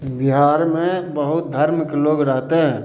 बिहारमे बहुत धर्मके लोग रहते हैं